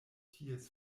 ties